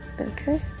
Okay